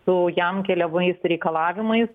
su jam keliamais reikalavimais